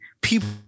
people